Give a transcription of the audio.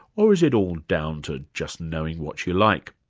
or is it all down to just knowing what you like?